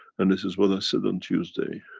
and this is what i said on tuesday